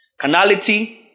canality